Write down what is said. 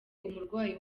umurwayi